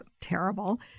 terrible